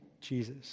Jesus